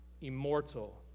immortal